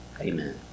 Amen